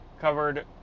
covered